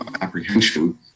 apprehension